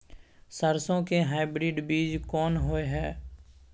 सरसो के हाइब्रिड बीज कोन होय है?